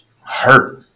hurt